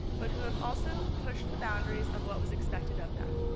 but who have also pushed the boundaries of what was expected of them.